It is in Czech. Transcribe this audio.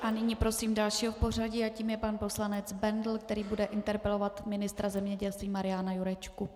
A nyní prosím dalšího v pořadí a tím je pan poslanec Bendl, který bude interpelovat ministra zemědělství Mariana Jurečku.